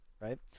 right